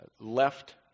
left